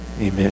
Amen